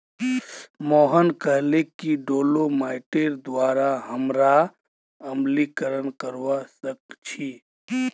मोहन कहले कि डोलोमाइटेर द्वारा हमरा अम्लीकरण करवा सख छी